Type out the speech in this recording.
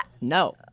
no